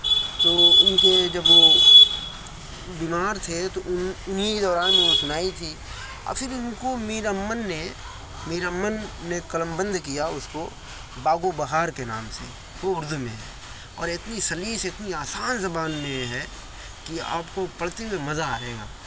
تو ان کے جب وہ بیمار تھے تو ان انہیں کے دوران انہوں نے سنائی تھی اور پھر ان کو میر امّن نے میر امّن نے قلم بند کیا اس کو باغ و بہار کے نام سے وہ اردو میں ہے اور اتنی سلیس اتنی آسان زبان میں یہ ہے کہ آپ کو پڑھتے ہوے مزہ آئے گا